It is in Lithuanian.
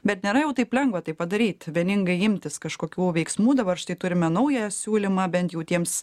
bet nėra jau taip lengva tai padaryt vieningai imtis kažkokių veiksmų dabar štai turime naują siūlymą bent jau tiems